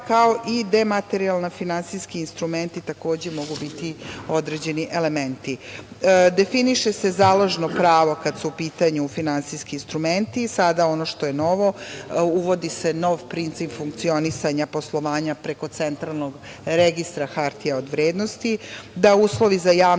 kao i dematerijalni finansijski instrumenti takođe mogu biti određeni elementi. Definiše se založno pravo kad su u pitanju finansijski instrumenti. Sada ono što je novo, uvodi se nov princip funkcionisanja poslovanja preko Centralnog registra hartija od vrednosti, da uslovi za javnu